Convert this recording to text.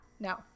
No